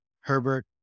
Herbert